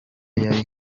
yari